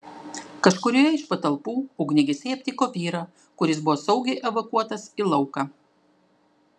kažkurioje iš patalpų ugniagesiai aptiko vyrą kuris buvo saugiai evakuotas į lauką